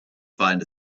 find